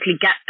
get